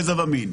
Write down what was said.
גזע ומין.